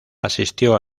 asistió